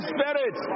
Spirit